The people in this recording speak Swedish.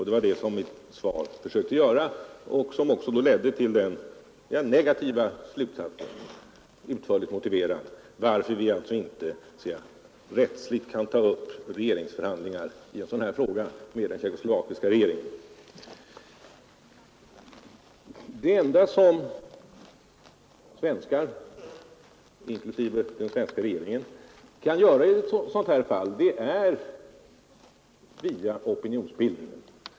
Det var det jag försökte göra i mitt svar, och det ledde till den negativa slutsatsen, utförligt motiverad, att vi inte rättsligt kan ta upp regeringsförhandlingar i en fråga av detta slag med den tjeckoslovakiska regeringen. Det enda som svenskar, inklusive den svenska regeringen, kan göra är via opinionsbildningen.